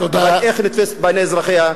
ואיך היא נתפסת בעיני אזרחיה,